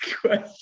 question